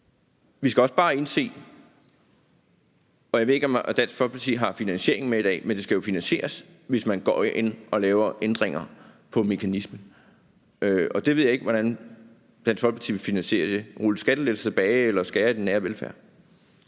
Vi skal også bare indse – og jeg ved ikke, om Dansk Folkeparti har finansieringen med i dag – at det jo skal finansieres, hvis man går ind og laver ændringer i mekanismen. Det ved jeg ikke hvordan Dansk Folkeparti vil finansiere: ved at rulle skattelettelser tilbage eller skære i den nære velfærd?